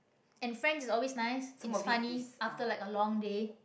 and friends is always nice it's funny after like a long day